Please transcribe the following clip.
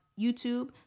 YouTube